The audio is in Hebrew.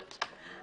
עוזרו הנאמן?